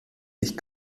sich